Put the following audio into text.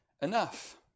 enough